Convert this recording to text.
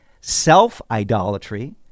self-idolatry